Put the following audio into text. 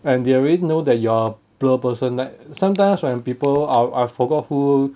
and they already know that you're a blur person like sometimes when people uh I forgot who